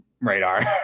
radar